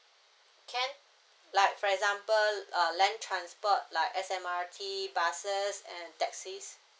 can like for example uh land transport like S_M_R_T buses and taxi